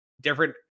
different